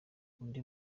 undi